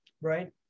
right